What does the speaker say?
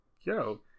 yo